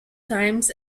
times